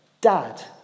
Dad